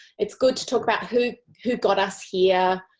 it is good to talk about who who got us here,